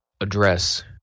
address